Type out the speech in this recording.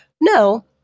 No